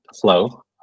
flow